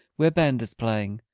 where band is playing.